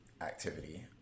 activity